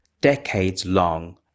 decades-long